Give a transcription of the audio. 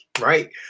right